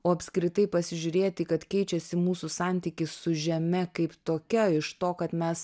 o apskritai pasižiūrėti kad keičiasi mūsų santykis su žeme kaip tokia iš to kad mes